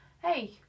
Hey